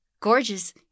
gorgeous